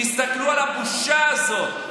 תסתכלו על הבושה הזאת.